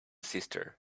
sister